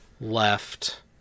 left